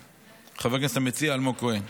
חבר הכנסת המציע אלמוג כהן,